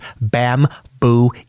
Bamboo